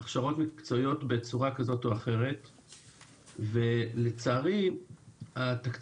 הכשרות מקצועיות בצורה כזאת או אחרת ולצערי התקציבים